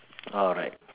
alright